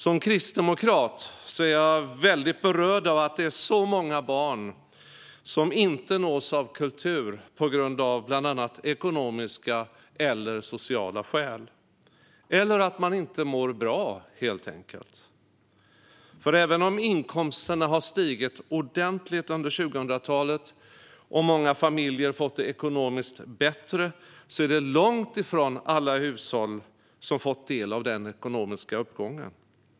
Som kristdemokrat är jag väldigt berörd av att det är så många barn som inte nås av kultur av bland annat ekonomiska eller sociala skäl, eller för att de inte mår bra, helt enkelt. För även om inkomsterna har stigit ordentligt under 2000-talet och många familjer fått det ekonomiskt bättre är det långt ifrån alla hushåll som fått del av den ekonomiska uppgången.